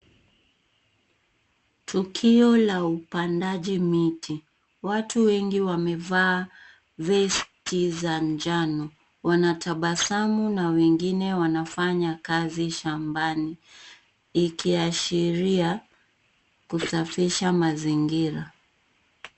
Tukio la upandaji miti. Watu wengi wamevaa vesti za njano, wanatabasamu na wengine wanafanya kazi shambani, ikiashiria kusafisha mazingira.